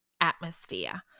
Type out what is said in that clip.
atmosphere